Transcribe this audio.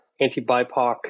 anti-BIPOC